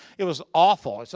it was awful. so